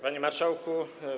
Panie Marszałku!